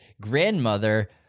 grandmother